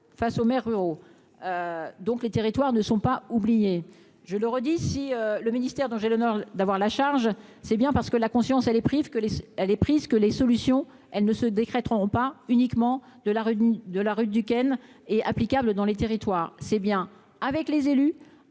face aux maires ruraux, donc les territoires ne sont pas oubliés, je le redis, si le ministère dont j'ai le nord d'avoir la charge, c'est bien parce que la conscience, elle est prise que les elle est prise que les solutions, elle ne se décrète pas uniquement de la rue de la rue Duquesne et applicable dans les territoires, c'est bien avec les élus,